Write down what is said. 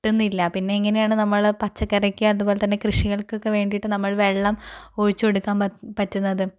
കിട്ടുന്നില്ല പിന്നെ എങ്ങനെയാണ് നമ്മളെ പച്ചക്കറിക്ക് അതുപോലെ തന്നെ കൃഷികൾകൊക്കെ വേണ്ടിയിട്ട് നമ്മൾ വെള്ളം ഒഴിച്ചു കൊടുക്കാൻ പറ്റുന്നത്